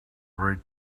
rate